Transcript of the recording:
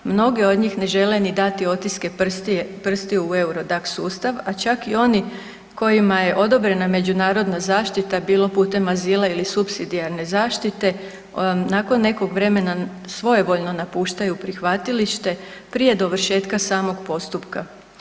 Mnoge od njih ne žele ni dati otiske prstiju u Eurodax sustav, a čak i oni kojima je odobrena međunarodna zaštita bilo putem azila ili supsidijarne zaštite nakon nekog vremena svojevoljno napuštaju prihvatilište prije dovršetka samog postupka.